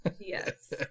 Yes